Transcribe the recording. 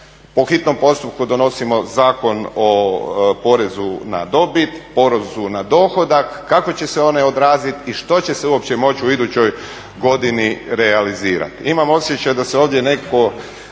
Po hitnom postupku donosimo Zakon o porezu na dobit, porezu na dohodak. Kako će se oni odraziti i što će se uopće moći u idućoj godini realizirati? Imam osjećaj da se ovdje netko